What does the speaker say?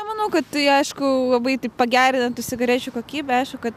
nemanau kad tai aišku labai taip pagerina na tų cigarečių kokybę aišku kad